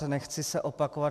Nechci se opakovat.